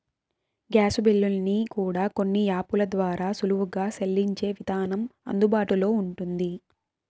gas బిల్లుల్ని కూడా కొన్ని యాపుల ద్వారా సులువుగా సెల్లించే విధానం అందుబాటులో ఉంటుంది